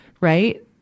Right